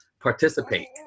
participate